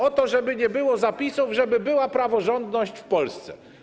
O to, żeby nie było zapisów o tym, żeby była praworządność w Polsce.